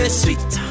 sweet